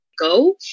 go